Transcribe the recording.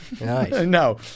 No